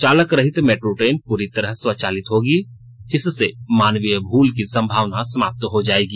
चालक रहित metro train पूरी तरह स्वचालित होगी जिससे मानवीय भूल की संभावना समाप्त हो जायेगी